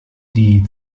die